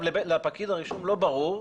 לפקיד הרישום לא ברור,